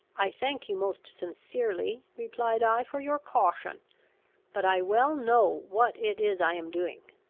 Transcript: i thank you most sincerely, replied i, for your caution but i well know what it is i am doing.